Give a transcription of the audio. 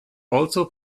also